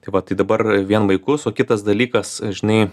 tai va tai dabar vien vaikus o kitas dalykas žinai